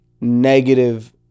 negative